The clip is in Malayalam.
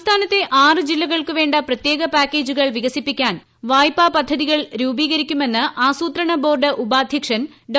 സംസ്ഥാനത്തെ ആറു ജില്ലകൾക്കു വേണ്ട പ്രത്യേക പാക്കേജുകൾ വികസിപ്പിക്കാൻ വായ്പാ പദ്ധതികൾ രൂപീകരിക്കുമെന്ന് ആസൂത്രണബോർഡ് ഉപാധ്യക്ഷൻ ഡോ